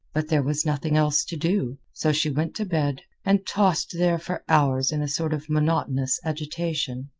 but there was nothing else to do, so she went to bed, and tossed there for hours in a sort of monotonous agitation.